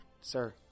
Sir